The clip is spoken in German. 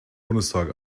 bundestag